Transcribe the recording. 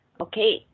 Okay